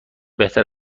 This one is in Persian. بهتر